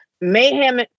mayhem